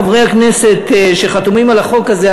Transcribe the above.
חברי הכנסת שחתומים על החוק הזה,